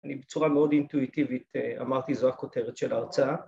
אני בצורה מאוד אינטואיטיבית אמרתי זו הכותרת של ההרצאה